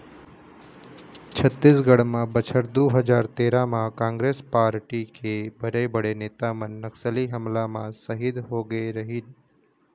छत्तीसगढ़ म बछर दू हजार तेरा म कांग्रेस पारटी के बड़े बड़े नेता मन नक्सली हमला म सहीद होगे रहिन